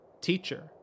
teacher